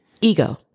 ego